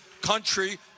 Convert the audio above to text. country